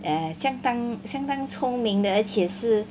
err 相相当相当聪明的而且是